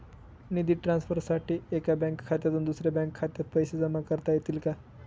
निधी ट्रान्सफरसाठी एका बँक खात्यातून दुसऱ्या बँक खात्यात पैसे जमा करता येतील का?